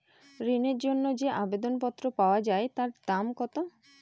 ঋণের জন্য যে আবেদন পত্র পাওয়া য়ায় তার দাম কত?